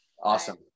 awesome